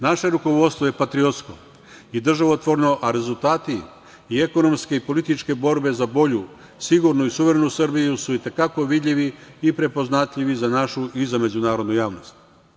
Naše rukovodstvo je patriotsko i državotvorno, a rezultati i ekonomske i političke borbe za bolju, sigurnu i suverenu Srbiju su i te kako vidljivi i prepoznatljivi za našu i međunarodnu javnost.